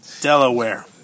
Delaware